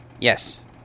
Yes